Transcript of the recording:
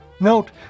Note